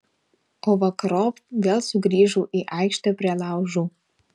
o vakarop vėl sugrįžau į aikštę prie laužų